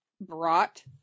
brought